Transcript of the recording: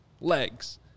legs